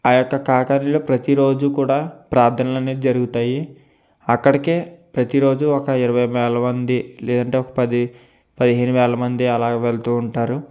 ఆ యొక్క కాకారిలో ప్రతి రోజు కూడా ప్రార్థనలు అనేవి జరుగుతాయి అక్కడకి ప్రతిరోజు ఒక ఇరవై వేల మంది లేదంటే ఒక పది పదిహేను వేల మంది అలాగే వెళుతు ఉంటారు